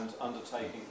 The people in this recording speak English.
undertaking